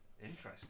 interesting